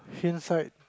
pin side